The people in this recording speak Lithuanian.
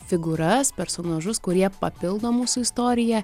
figūras personažus kurie papildo mūsų istoriją